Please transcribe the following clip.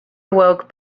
awoke